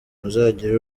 muzagire